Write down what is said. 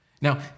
Now